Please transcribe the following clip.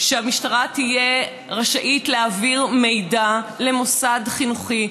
שהמשטרה תהיה רשאית להעביר מידע למוסד חינוכי,